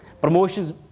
promotions